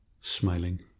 smiling